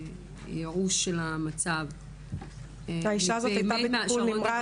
ייאוש של המצב -- האישה הזאת הייתה בטיפול נמרץ שלושה חודשים.